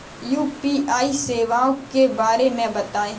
UPI सेवाओं के बारे में बताएँ?